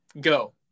Go